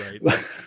right